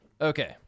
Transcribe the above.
Okay